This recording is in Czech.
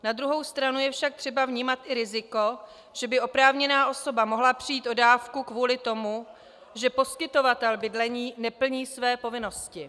Na druhou stranu je však třeba vnímat i riziko, že by oprávněná osoba mohla přijít o dávku kvůli tomu, že poskytovatel bydlení neplní své povinnosti.